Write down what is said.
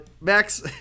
Max